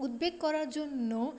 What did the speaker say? উদ্বেগ করার জন্য